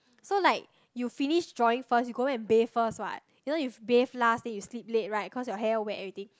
so like you finish drawing first you go back and bathe first what you know you bathe last then you sleep late right cause your hair wet and everything